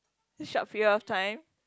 short period of time